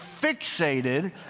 fixated